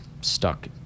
stuck